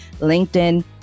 LinkedIn